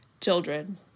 children